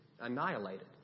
annihilated